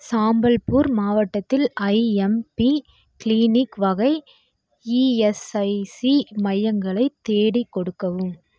சாம்பல்பூர் மாவட்டத்தில் IMP clinic வகை ESIC மையங்களை தேடிக் கொடுக்கவும்